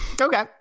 Okay